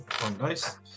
Nice